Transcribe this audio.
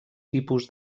tipus